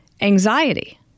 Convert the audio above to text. anxiety